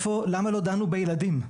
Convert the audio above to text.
למה לא דנו בילדים?